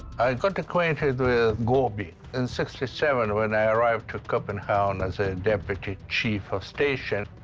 i got acquainted with gordie in sixty seven when i arrived to copenhagen and as the deputy chief of station.